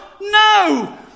No